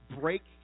break